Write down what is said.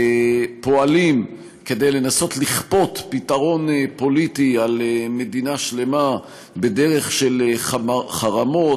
פועלים כדי לנסות לכפות פתרון פוליטי על מדינה שלמה בדרך של חרמות,